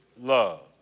love